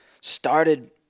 started